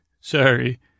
Sorry